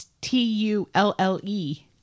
t-u-l-l-e